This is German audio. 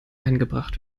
eingebracht